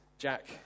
Jack